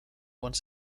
one